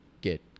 get